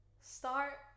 start